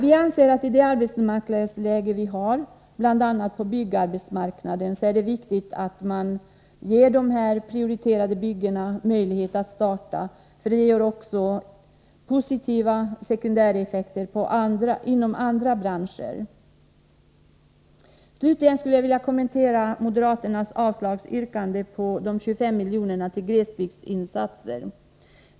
Vi anser att det i det arbetsmarknadsläge vi har, bl.a. på byggarbetsmarknaden, är viktigt att man ger möjligheter att starta dessa prioriterade byggen, för det ger också positiva sekundäreffekter inom andra branscher. Jag vill också kommentera moderaternas yrkande om avslag på förslaget om 25 miljoner till glesbygdsinsatser.